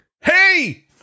hey